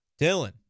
Dylan